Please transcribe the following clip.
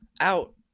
out